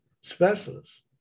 specialists